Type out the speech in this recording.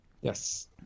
Yes